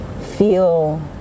feel